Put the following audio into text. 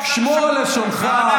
הרדידות שלך,